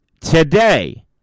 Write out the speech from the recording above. today